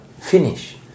finish